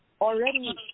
already